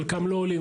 חלקם לא עולים,